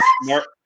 Mark